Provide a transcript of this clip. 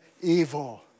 evil